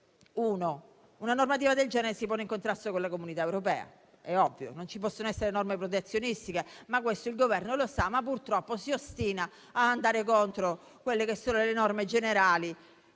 Una normativa del genere si pone in contrasto con l'Unione europea. È ovvio: non ci possono essere norme protezionistiche. Questo il Governo lo sa, ma, purtroppo, si ostina a andare contro le norme generali